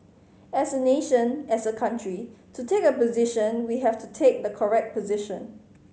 as a nation as a country to take a position we have to take the correct position